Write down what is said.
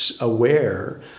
aware